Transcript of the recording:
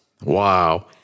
Wow